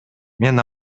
мен